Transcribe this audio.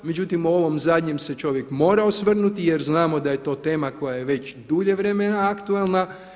Međutim u ovom zadnjem se čovjek mora osvrnuti jer znamo da je to tema koja je već dulje vremena aktualna.